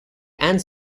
and